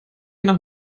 nach